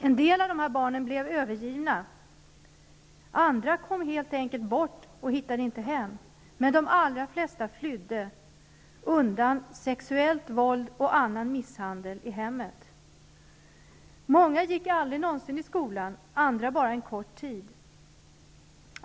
En del av barnen blev övergivna, andra kom helt enkelt bort och hittade inte hem, men de allra flesta flydde undan sexuellt våld och annan misshandel i hemmet. Många gick aldrig i skolan, andra bara en kort tid.